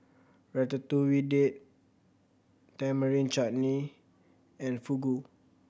Ratatouille Date Tamarind Chutney and Fugu